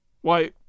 Why